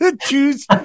choose